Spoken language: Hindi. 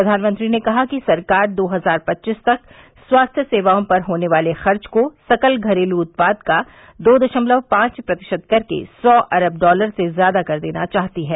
प्रधानमंत्री ने कहा कि सरकार दो हजार पच्चीस तक स्वास्थ्य सेवाओं पर होने वाले खर्च को सकल घरेलू उत्पाद का दो दशमलव पांच प्रतिशत करके सौ अरब डॉलर से ज्यादा कर देना चाहती है